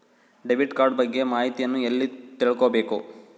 Debit card ಬಗ್ಗೆ ಮಾಹಿತಿಯನ್ನ ಎಲ್ಲಿ ತಿಳ್ಕೊಬೇಕು?